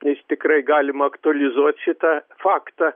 nes tikrai galima aktualizuot šitą faktą